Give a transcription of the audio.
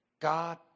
God